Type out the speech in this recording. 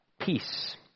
Peace